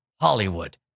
Hollywood